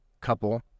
couple